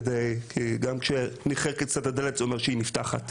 כי אפילו שהדלת קצת חורקת, זה אומר שהיא נפתחת.